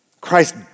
Christ